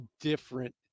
different